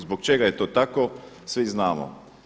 Zbog čega je to tako, svi znamo.